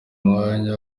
mwanya